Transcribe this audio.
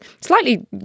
slightly